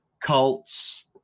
cults